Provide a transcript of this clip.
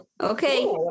Okay